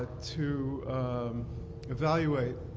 to evaluate